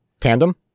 tandem